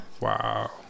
Wow